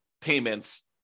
payments